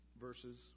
verses